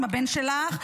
עם הבן שלך,